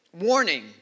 warning